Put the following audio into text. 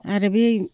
आरो बे